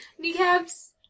Kneecaps